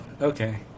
okay